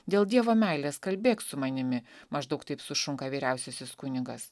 dėl dievo meilės kalbėk su manimi maždaug taip sušunka vyriausiasis kunigas